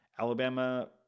Alabama